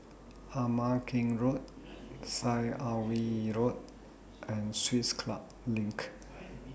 Ama Keng Road Syed Alwi Road and Swiss Club LINK